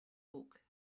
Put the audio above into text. book